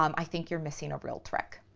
um i think you're missing a real trick.